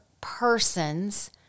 person's